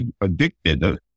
addicted